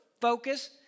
focus